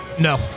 No